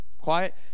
Quiet